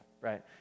right